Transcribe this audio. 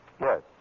Yes